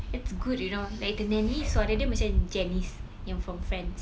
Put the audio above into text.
it's good you know like the nanny suara dia macam janice yang from friends